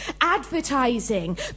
Advertising